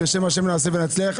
בשם ה' נעשה ונצליח,